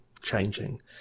changing